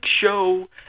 show